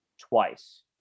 twice